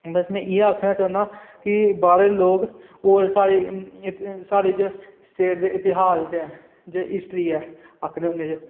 बस में इयै अखना चाहना कि बाह्रे दे लोक होर साढ़े च स्टेट दे इतिहास च ऐ जे हिस्ट्री ऐ आखने होन्ने जे